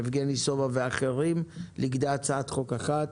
יבגני סובה ואחרים לכדי הצעת חוק אחת?